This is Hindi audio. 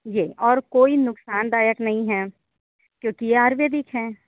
जी और कोई नुकसानदायक नहीं है क्योंकि ये आयुर्वेदिक हैं